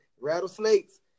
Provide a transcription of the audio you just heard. Rattlesnakes